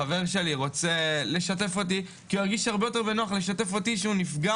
חבר שלי רוצה לשתף אותי כי יותר נוח לו לשתף אותי שהוא נפגע